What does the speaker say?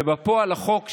ובפועל החוק,